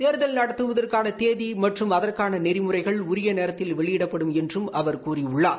தோதல் நடத்துவதற்கான தேதி மற்றும் அதற்கான நெறிமுறைகள் உரிய நேரத்தில் வெளியிடப்படும் என்றும் அவர் கூறியுளளார்